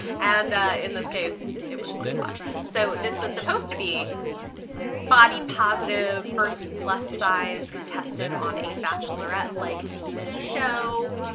and ah in this case it was one to watch. so this was supposed to be body positive, first plus size contestant on a bachelorette-like tv show.